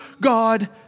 God